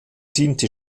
diente